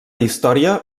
història